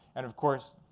and of course,